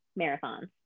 marathons